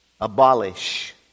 abolish